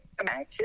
imagine